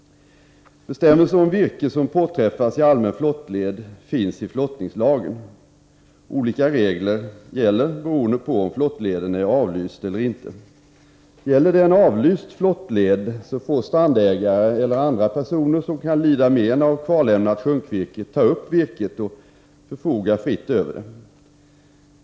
Bestämmelser om virke som påträffas i allmän flottled finns i flottningslagen. Olika regler gäller beroende på om flottleden är avlyst eller inte. Gäller det en avlyst flottled, får strandägare eller andra personer som kan lida men av kvarlämnat sjunkvirke ta upp virket och fritt förfoga över det.